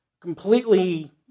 completely